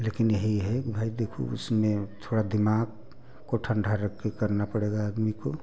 लेकिन यही है देखो भाई उसमें थोड़ा दिमाग को ठंडा रख के करना पड़ेगा आदमी को